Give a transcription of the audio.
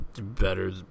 Better